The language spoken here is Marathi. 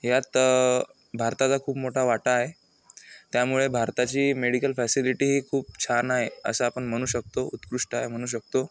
ह्यात भारताचा खूप मोठा वाटा आहे त्यामुळे भारताची मेडिकल फॅसिलिटी ही खूप छान आहे असं आपण म्हणू शकतो उत्कृष्ट आहे म्हणू शकतो